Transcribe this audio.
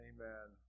Amen